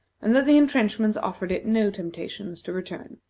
and that the intrenchments offered it no temptations to return.